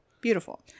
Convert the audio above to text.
beautiful